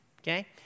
okay